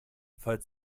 falls